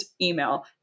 email